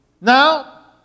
Now